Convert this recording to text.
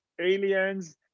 aliens